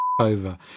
over